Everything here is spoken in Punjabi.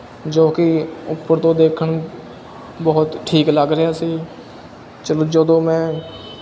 ਜੋ ਕਿ ਉੱਪਰ ਤੋਂ ਦੇਖਣ ਬਹੁਤ ਠੀਕ ਲੱਗ ਰਿਹਾ ਸੀ ਚਲੋ ਜਦੋਂ ਮੈਂ